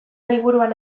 liburuan